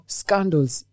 scandals